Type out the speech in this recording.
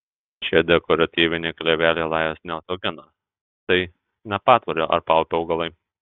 šie dekoratyviniai kleveliai lajos neataugina tai ne patvorio ar paupio augalai